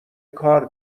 کار